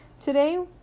Today